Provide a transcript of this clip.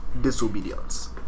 disobedience